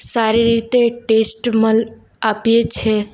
સારી રીતે ટેસ્ટ આપીએ છીએ